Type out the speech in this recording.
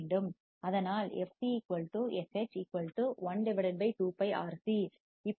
அதனால் fcfh12πRC இப்போது நான் R 3